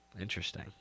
interesting